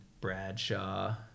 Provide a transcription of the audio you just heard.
bradshaw